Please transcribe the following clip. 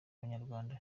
abanyarwanda